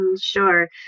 Sure